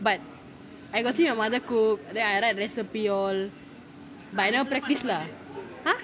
but I got see your mother cook then I write recipe all but I never practice lah !huh!